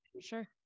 sure